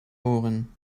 oren